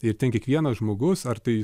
ir ten kiekvienas žmogus ar tai